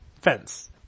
fence